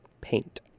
Paint